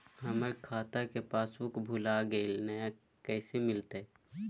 हमर खाता के पासबुक भुला गेलई, नया कैसे मिलतई?